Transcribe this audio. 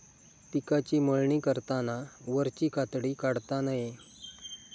पिकाची मळणी करताना वरची कातडी काढता नये